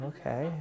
Okay